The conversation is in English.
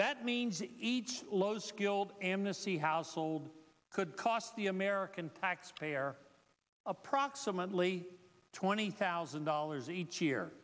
that means each low skilled annecy household could cost the american taxpayer approximately twenty thousand dollars each year